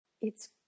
It's